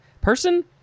person